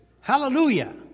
Hallelujah